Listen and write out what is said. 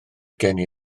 geni